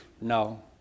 No